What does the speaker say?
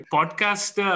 Podcast